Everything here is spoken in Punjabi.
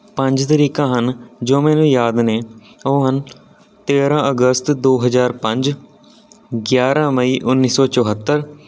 ਪੰਜ ਤਰੀਕਾਂ ਹਨ ਜੋ ਮੈਨੂੰ ਯਾਦ ਨੇ ਉਹ ਹਨ ਤੇਰ੍ਹਾਂ ਅਗਸਤ ਦੋ ਹਜ਼ਾਰ ਪੰਜ ਗਿਆਰਾਂ ਮਈ ਉੱਨੀ ਸੌ ਚੁਹੱਤਰ